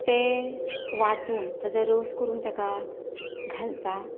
तें वाटून ताचो रोस करून तेका घालता